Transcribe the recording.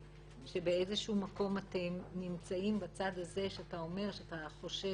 באיזשהו מקום אתם נמצאים בצד שאתה חושש